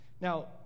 now